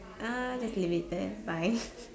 err just leave it there bye